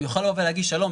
הוא יוכל להגיד: שלום,